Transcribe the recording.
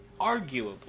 arguably